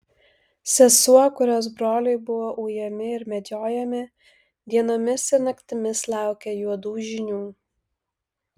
sesuo kurios broliai buvo ujami ir medžiojami dienomis ir naktimis laukė juodų žinių